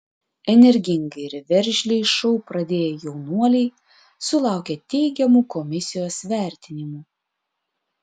energingai ir veržliai šou pradėję jaunuoliai sulaukė teigiamų komisijos vertinimų